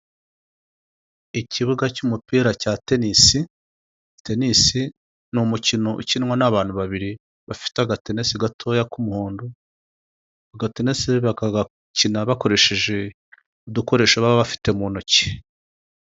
Ikibuga cy'umupira cya tenisi. Tenisi ni umukino ukinwa n'abantu babiri bafite agatenesi gatoya k'umuhondo. Agatenesi bakagakina bakoresheje udukoresho baba bafite mu ntoki.